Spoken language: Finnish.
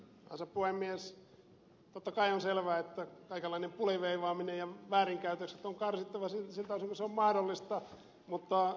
totta kai on selvää että kaikenlainen puliveivaaminen ja väärinkäytökset on karsittava siltä osin kuin se on mahdollista mutta epäilen